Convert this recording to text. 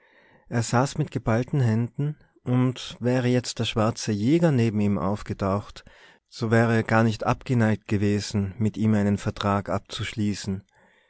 er saß mit geballten händen und wäre jetzt der schwarze jäger neben ihm aufgetaucht so wäre er gar nicht abgeneigt gewesen mit ihm einen vertrag abzuschließen